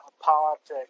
politics